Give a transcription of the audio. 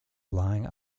lying